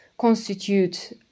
constitute